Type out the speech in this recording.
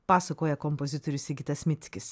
pasakoja kompozitorius sigitas mickis